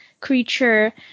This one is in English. creature